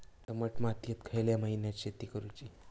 दमट मातयेत खयल्या महिन्यात शेती करुची?